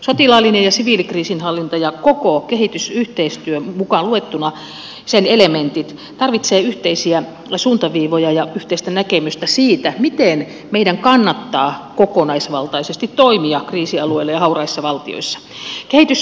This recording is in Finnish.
sotilaallinen ja siviilikriisinhallinta ja koko kehitysyhteistyö mukaan luettuna sen elementit tarvitsevat yhteisiä suuntaviivoja ja yhteistä näkemystä siitä miten meidän kannattaa kokonaisvaltaisesti toimia kriisialueilla ja hauraissa valtioissa